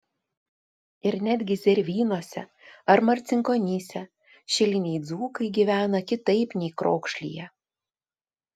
ir netgi zervynose ar marcinkonyse šiliniai dzūkai gyvena kitaip nei krokšlyje